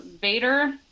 Vader